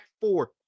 four